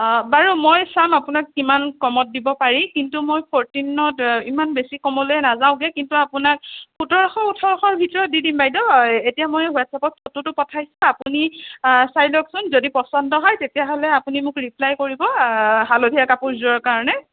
অ বাৰু মই চাম আপোনাক কিমান কমত দিব পাৰি কিন্তু মই ফ'ৰটিনত ইমান বেছি কমলৈ নাযাওঁগৈ কিন্তু আপোনাক সোতৰশ ওঠৰশ ভিতৰত দি দিম বাইদেউ এতিয়া মই হোৱাটচএপত ফটোটো পঠাইছোঁ আপুনি চাই লওকচোন যদি পচন্দ হয় তেতিয়াহ'লে আপুনি মোক ৰিপ্লাই কৰিব হালধীয়া কাপোৰযোৰৰ কাৰণে